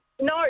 No